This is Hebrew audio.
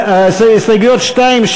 הסתייגויות 2,